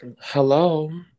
hello